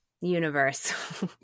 universe